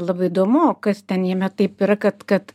labai įdomu kas ten jame taip yra kad kad